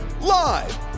Live